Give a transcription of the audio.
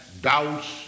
doubts